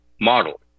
model